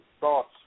thoughts